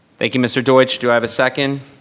thank you mr. deutsch, do i have a second?